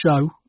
show